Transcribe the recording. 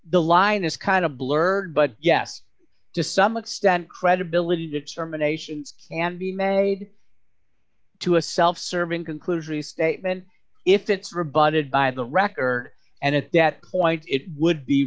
the line is kind of blurred but yes to some extent credibility determinations can be made to a self serving conclusion a statement if it's rebutted by the record and at that point it would be